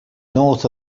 north